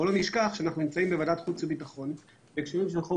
בוא לא נשכח שאנחנו נמצאים בוועדת חוץ וביטחון בהקשרים של חוק